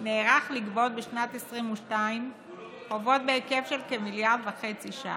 נערך לגבות בשנת 2022 חובות בהיקף של כמיליארד וחצי שקל.